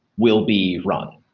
will be run,